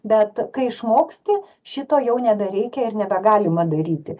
bet kai išmoksti šito jau nebereikia ir nebegalima daryti